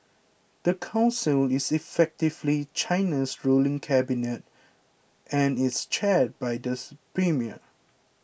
the council is effectively China's ruling cabinet and is chaired by these premier